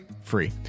free